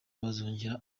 bazongera